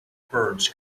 birds